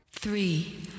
Three